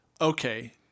okay